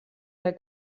der